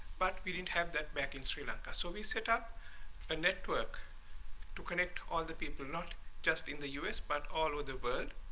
but we didn't have that back in sri lanka so we set up a network to connect all the people, not just in the u s, but all of the world,